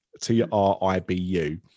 T-R-I-B-U